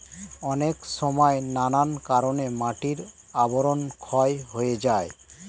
অনেক সময় নানা কারণে মাটির আবরণ ক্ষয় হয়ে যায়